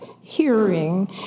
hearing